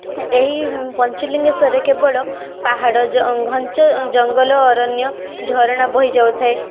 ଏହି ପଞ୍ଚଲିଙ୍ଗେଶ୍ୱରରେ କେବଳ ପାହାଡ଼ ଘଞ୍ଚ ଜଙ୍ଗଲ ଅରଣ୍ୟ ଝରଣା ବୋହି ଯାଉଥାଏ